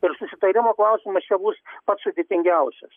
ir susitarimo klausimas čia bus pats sudėtingiausias